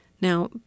Now